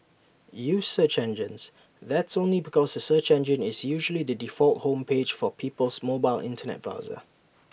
use search engines that's only because A search engine is usually the default home page for people's mobile Internet browser